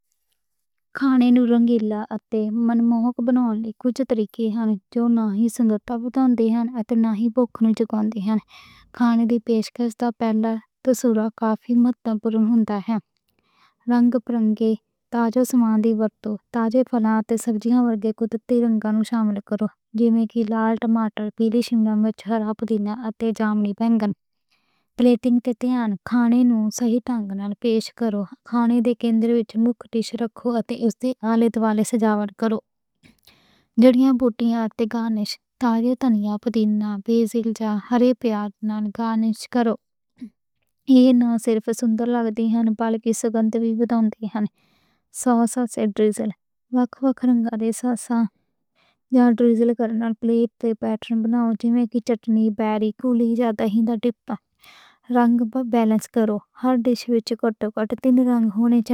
کھانے نوں رنگیلا تے من موہک بنانے لئی کجھ طریقے ہن۔ کھانے دی پیشکش دا پہلا تاثر کافی متناسب ہونا ہے۔ رنگ برنگے تازہ پھلاں تے سبزیاں شامل کرو۔ جے میں کہ لال ٹماٹر، پیلی شملہ مرچ، ہرا پودینہ تے جامنی بینگن۔ لے کے کھانے نوں صحیح طریقے نال پیش کرو۔ تازیاں سبزیاں یا فرائی پیاز نال گارنش کرو۔ ایہ نہ صرف خوبصورت لگدے نیں بلکہ ایہ دی خوشبو وی بھلاوندی ہے۔ سوساں تے ڈرزل مختلف رنگ آندے نیں۔ سادہ جیہڑا ڈرزل کرنا، پلیٹ تے پیٹرن بنا، جے میں کہ چٹنی تے باریک کٹیاں سبزیاں۔ ہر ڈِش وچ کجھ تین رنگ ہونے نیں۔